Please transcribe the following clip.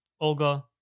Olga